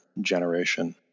generation